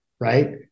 Right